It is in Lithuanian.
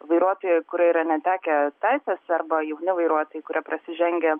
vairuotojai kurie yra netekę teisės arba jauni vairuotojai kurie prasižengia